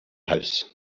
house